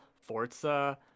forza